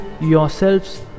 yourselves